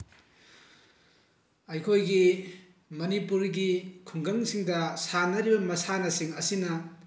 ꯑꯩꯈꯣꯏꯒꯤ ꯃꯅꯤꯄꯨꯔꯒꯤ ꯈꯨꯡꯒꯪꯁꯤꯡꯗ ꯁꯥꯟꯅꯔꯤꯕ ꯃꯁꯥꯟꯅꯁꯤꯡ ꯑꯁꯤꯅ